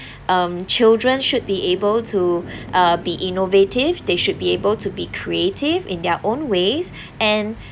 um children should be able to uh be innovative they should be able to be creative in their own ways and